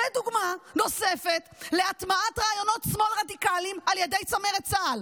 זו דוגמה נוספת להטמעת רעיונות שמאל רדיקליים על ידי צמרת צה"ל.